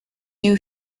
you